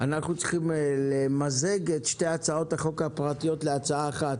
אנחנו צריכים למזג את שתי ההצעות הפרטיות להצעה אחת,